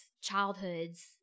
childhoods